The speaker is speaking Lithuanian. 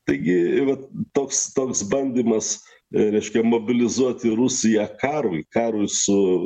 taigi vat toks toks bandymas reiškia mobilizuoti rusiją karui karui su